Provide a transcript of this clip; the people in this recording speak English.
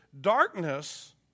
darkness